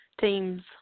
teams